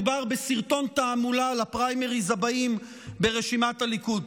מדובר בסרטון תעמולה לפריימריז הבאים ברשימת הליכוד.